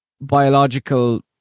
biological